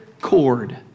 cord